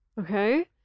Okay